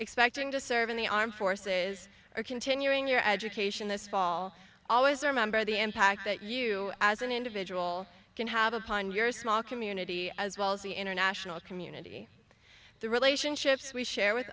expecting to serve in the armed forces or continuing your education this fall always remember the impact that you as an individual can have upon your small community as well as the international community the relationships we share with